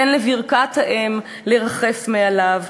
תן לברכת האם לרחף מעליו.